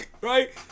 Right